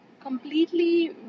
completely